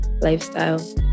lifestyle